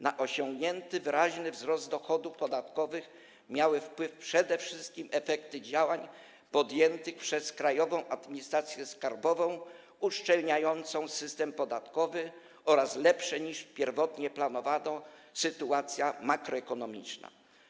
Na osiągnięty, wyraźny wzrost dochodów podatkowych miały wpływ przede wszystkim efekty działań podjętych przez Krajową Administrację Skarbową uszczelniającą system podatkowy oraz lepsza niż pierwotnie planowano sytuacja makroekonomiczna.